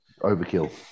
Overkill